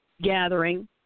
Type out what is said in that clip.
gathering